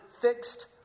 fixed